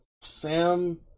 Sam